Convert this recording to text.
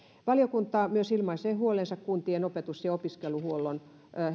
valiokunta myös ilmaisee huolensa kuntien opetus ja opiskeluhuollon